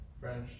French